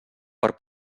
per